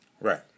Right